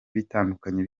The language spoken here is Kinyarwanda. bitandukanye